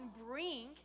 bring